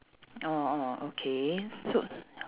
orh orh okay s~ so